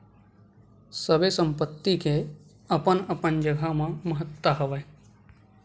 सबे संपत्ति के अपन अपन जघा म महत्ता हवय